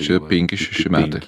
čia penki šeši metai